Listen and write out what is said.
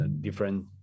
different